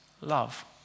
love